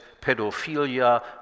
pedophilia